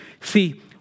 See